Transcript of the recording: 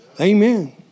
Amen